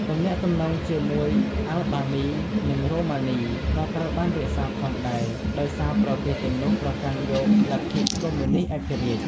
ទំនាក់ទំនងជាមួយអាល់បានី និងរូម៉ានី ក៏ត្រូវបានរក្សាផងដែរ ដោយសារប្រទេសទាំងនោះប្រកាន់យកលទ្ធិកុម្មុយនីស្តឯករាជ្យ។